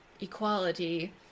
equality